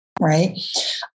Right